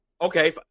Okay